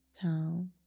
town